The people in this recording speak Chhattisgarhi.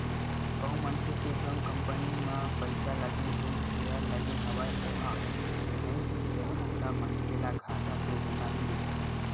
कहूँ मनखे के जउन कंपनी म पइसा लगे हे सेयर लगे हवय ओहा नइ चलिस ता मनखे ल घाटा तो होना ही रहिथे